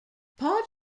part